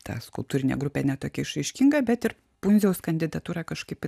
ta skulptūrinė grupė ne tokia išraiškinga bet ir pundziaus kandidatūra kažkaip